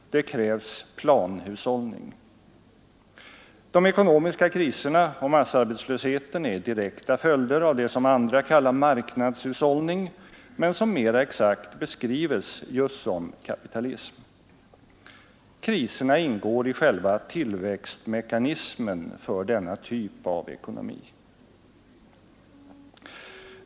Det krävs planhushållning. De ekonomiska kriserna och massarbetslösheten är direkta följder av det som andra kallar marknadshushållning men som mera exakt beskrives just som kapitalism. Kriserna ingår i själva tillväxtmekanismen för denna typ av ekonomi.